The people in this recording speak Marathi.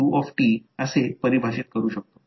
हे चिन्ह असावे आणि हे चिन्ह असावे